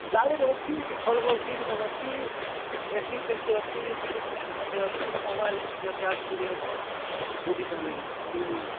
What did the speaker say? ଗାଡ଼ି ଅଛି ଭଲ ଭଲ ସିଟ୍ ମାନ ଅଛି ଏସିଫେସି ଅଛି ସିଟି ଫାଇପ୍ ମଧ୍ୟ ଅଛି ମୋବାଇଲ୍ ମଧ୍ୟ ଚାର୍ଜ କରିହବ ବୁଝିପାରିଲେ କି ନା